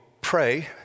pray